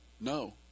No